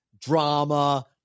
drama